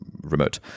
remote